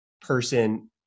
person